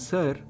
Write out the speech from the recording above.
Sir